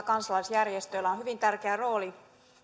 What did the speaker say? kansalaisjärjestöillä on hyvin tärkeä rooli